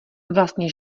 vlastně